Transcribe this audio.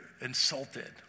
insulted